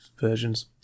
versions